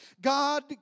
God